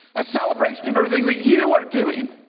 a celebration of everything that you are doing.